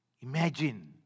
Imagine